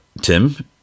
Tim